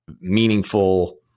meaningful